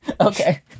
Okay